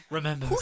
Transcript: Remember